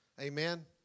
Amen